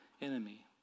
enemy